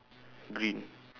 green